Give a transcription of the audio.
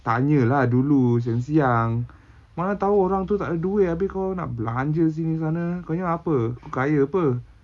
tanya lah dulu siang-siang mana tahu orang tu takde duit abeh kau nak belanja sini sana kau ingat apa aku kaya [pe]